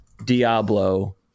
diablo